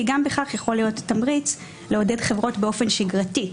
כי גם בכך יכול להיות תמריץ לעודד חברות באופן שגרתי.